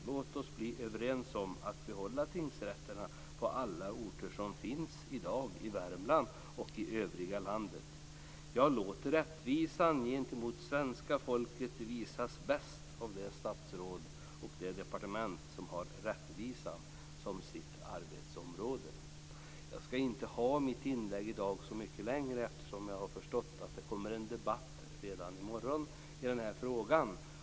Låt oss bli överens om att behålla tingsrätterna på alla orter där de i dag finns, både i Värmland och i övriga landet! Ja, låt rättvisan gentemot det svenska folket bäst visas av det statsråd och det departement som har rättvisan som sitt arbetsområde! Mitt inlägg i dag blir inte så mycket längre. Såvitt jag förstår blir det en debatt i frågan redan i morgon.